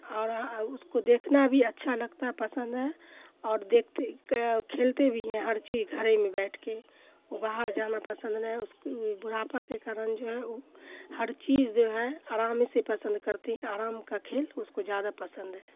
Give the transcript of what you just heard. اور اس کو دیکھنا بھی اچھا لگتا ہے پسند ہے اوڑ دیکھتے کھیلتے بھی ہیں ہر چیز گھرے میں بیٹھ کے وہ باہر جانا پسند نہیں اس بڑھاپا کے کارن جو ہے وہ ہر چیز جو ہے آرام سے پسند کرتی ہیں آرام کا کھیل اس کو زیادہ پسند ہے